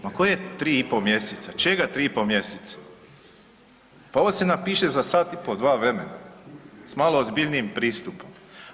Ma koje 3,5 mjeseca, čega 3,5 mjeseca, pa ovo se napiše za sat i po, dva velim s malo ozbiljnijim pristupom.